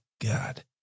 God